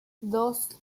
dos